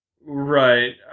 Right